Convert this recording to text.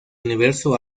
universo